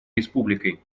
республикой